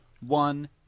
one